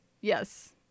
yes